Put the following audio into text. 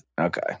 Okay